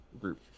group